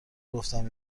گفتم